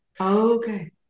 okay